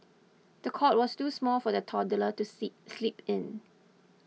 the cot was too small for the toddler to see sleep in